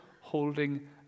holding